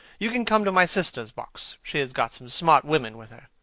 you can come to my sister's box. she has got some smart women with her.